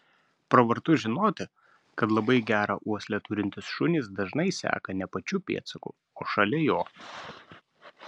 pravartu žinoti kad labai gerą uoslę turintys šunys dažnai seka ne pačiu pėdsaku o šalia jo